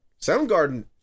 Soundgarden